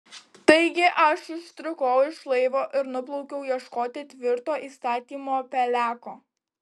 taigi aš ištrūkau iš laivo ir nuplaukiau ieškoti tvirto įstatymo peleko